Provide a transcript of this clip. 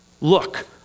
look